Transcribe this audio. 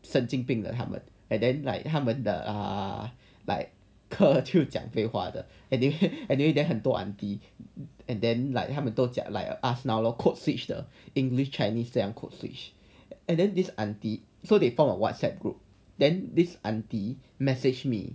神经病的他们 and then like 他们的 err like 课就讲废话的 they anyway then 很多 aunty and then like 他们都 like us now lor codeswitch the english chinese 这样 codeswitch and then this aunty so they form a whatsapp group then this aunty message me